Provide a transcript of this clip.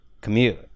commute